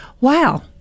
wow